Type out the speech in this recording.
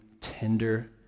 tender